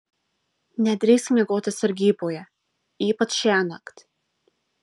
nedrįsk miegoti sargyboje ypač šiąnakt